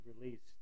released